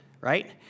right